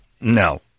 No